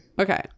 okay